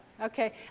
okay